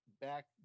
back